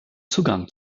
zugang